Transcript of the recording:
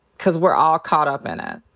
cause we're all caught up in it.